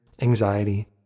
anxiety